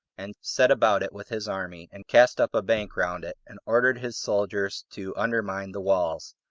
and set about it with his army, and cast up a bank round it, and ordered his soldiers to undermine the walls,